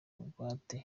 bugwate